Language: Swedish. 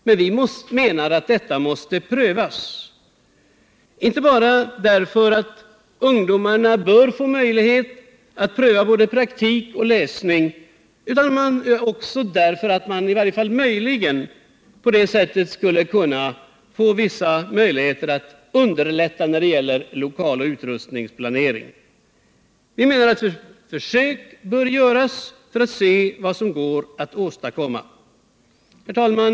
Men vi menar att detta måste prövas — inte bara därför att ungdomarna bör få möjlighet att varva praktik och läsning utan också därför att man på det sättet möjligen skulle kunna få vissa lättnader när det gäller lokaloch utrustningsplanering. Vi menar att försök bör göras för att man skall kunna se vad som går att åstadkomma. Herr talman!